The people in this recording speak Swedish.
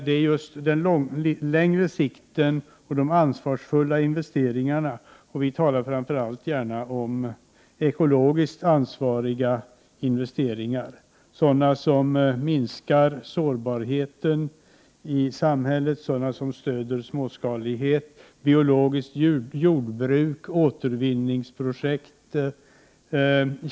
Det är just den längre sikten och de ansvarsfulla investeringarna vi vill trycka på — ekologiskt ansvarsfulla investeringar, sådana som minskar sårbarheten i samhället, sådana som stöder småskalighet, biologiskt jordbruk och återvinningsprojekt.